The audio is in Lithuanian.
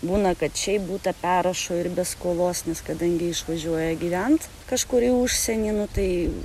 būna kad šiaip butą perrašo ir be skolos nes kadangi išvažiuoja gyvent kažkur į užsienį nu tai